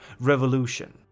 revolution